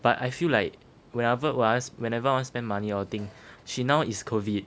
but I feel like whenever whenever I wanna spend money I will think shit now is COVID